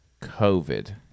COVID